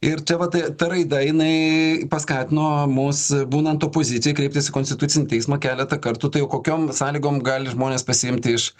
ir čia vat tai ta raida jinai paskatino mus būnant opozicijoj kreiptis į konstitucinį teismą keletą kartų tai o kokiom sąlygom gali žmonės pasiimti iš